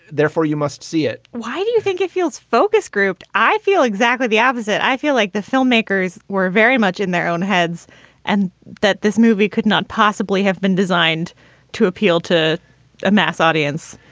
therefore, you must see it why do you think it feels focus grouped? i feel exactly the opposite. i feel like the filmmakers were very much in their own heads and that this movie could not possibly have been designed to appeal to a mass audience